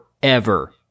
forever